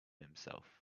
himself